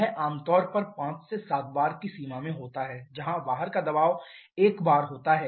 यह आम तौर पर 5 से 7 बार की सीमा में होता है जहां बाहर का दबाव 1 बार होता है